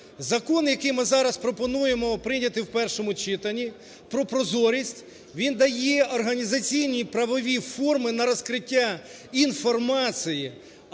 Закон, який ми зараз пропонуємо прийняти в першому читанні – про прозорість, він дає організаційні правові форми на розкриття інформації.